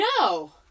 No